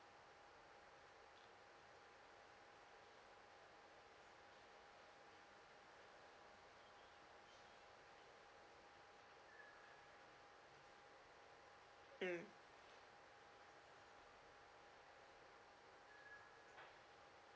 mm